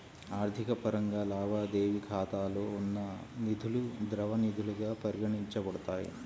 ఆర్థిక పరంగా, లావాదేవీ ఖాతాలో ఉన్న నిధులుద్రవ నిధులుగా పరిగణించబడతాయి